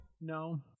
No